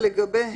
די.